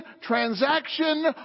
transaction